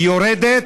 היא יורדת,